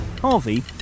Harvey